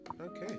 Okay